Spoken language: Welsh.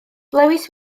lewis